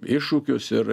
iššūkius ir